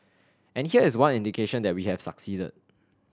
and here is one indication that we have succeeded